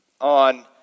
on